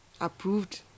approved